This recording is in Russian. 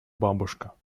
бабушка